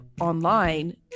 online